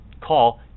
call